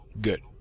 Good